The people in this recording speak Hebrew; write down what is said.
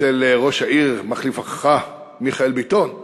אצל ראש העיר, מחליפך, מיכאל ביטון,